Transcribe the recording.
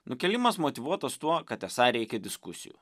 nukėlimas motyvuotas tuo kad esą reikia diskusijų